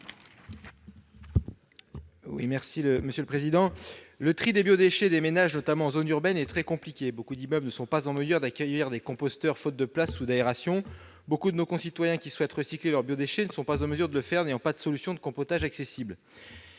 Le tri des biodéchets des ménages, notamment en zone urbaine, est très compliqué. Beaucoup d'immeubles ne sont pas en mesure d'accueillir des composteurs, faute de place ou d'aération. Beaucoup de nos concitoyens qui souhaitent recycler leurs biodéchets ne sont pas en mesure de le faire, faute de solution de compostage accessible.